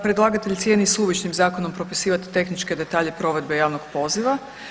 Predlagatelj cijeni suvišnim zakonom propisivati tehničke detalje provedbe javnog poziva.